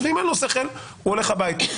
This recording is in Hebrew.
ואם אין לו שכל הוא הולך הביתה.